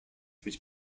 which